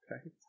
Okay